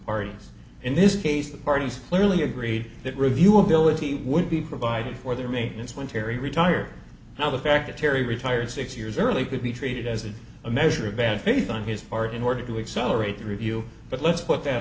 parties in this case the parties clearly agreed that review ability would be provided for their maintenance when terry retired now the fact that terry retired six years early could be treated as a measure of bad faith on his part in order to accelerate the review but let's put that